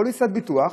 פוליסת ביטוח,